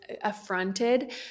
affronted